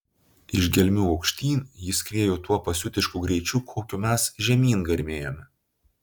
iš gelmių aukštyn jis skriejo tuo pasiutišku greičiu kokiu mes žemyn garmėjome